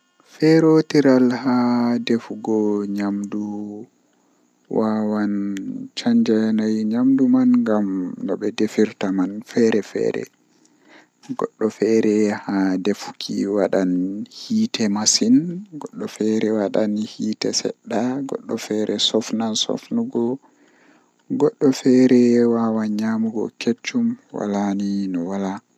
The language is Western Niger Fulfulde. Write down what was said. Mi heban ndiyam burdi be omo mi nasta mi vuuwa bawo vuuwi mi wadda ndiyam mi loota dum laata laabi masin.